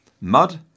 Mud